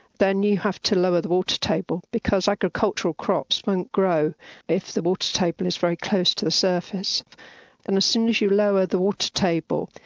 then you have to lower the water table, because agricultural crops won't grow if the water table is very close to the surface as and soon as you lower the water table,